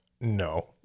no